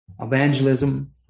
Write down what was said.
evangelism